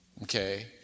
Okay